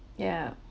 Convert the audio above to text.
yeah